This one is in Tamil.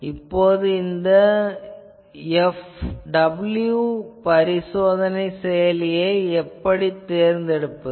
இப்போது இந்த w பரிசோதனை செயலியை எப்படித் தேர்ந்தெடுப்பது